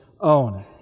own